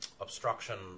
obstruction